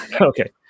Okay